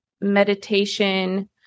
meditation